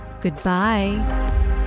Goodbye